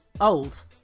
old